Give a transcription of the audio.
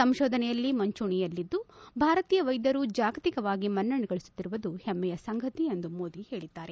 ಸಂಶೋಧನೆಯಲ್ಲಿ ಮುಂಚೂಣಿಯಲ್ಲಿದ್ದು ಭಾರತೀಯ ವೈದ್ದರು ಜಾಗತಿಕವಾಗಿ ಮನ್ನಣೆಗಳಸುತ್ತಿರುವುದು ಹೆಮ್ಮೆಯ ಸಂಗತಿ ಎಂದು ಮೋದಿ ಹೇಳಿದ್ದಾರೆ